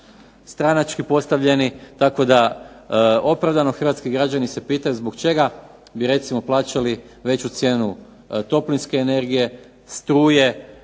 stranački postavljeni tako da opravdano hrvatski građani se pitaju zbog čega bi recimo plaćali veću cijenu toplinske energije, struje